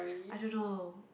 I don't know